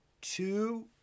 two